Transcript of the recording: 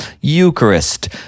Eucharist